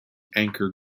anchor